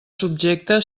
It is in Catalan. subjecte